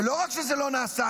ולא רק שזה לא נעשה,